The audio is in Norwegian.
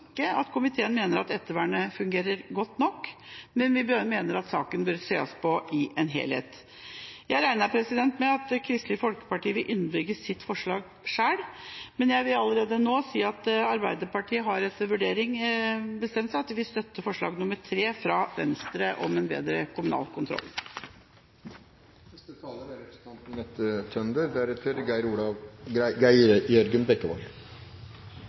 ikke at komiteen mener at ettervernet fungerer godt nok, men vi mener at saken bør sees på i en helhet. Jeg regner med at Kristelig Folkeparti vil underbygge sitt forslag selv, men jeg vil allerede nå si at Arbeiderpartiet etter en vurdering har bestemt at vi vil støtte forslag nr. 3, fra Venstre, om en bedre kommunal kontroll.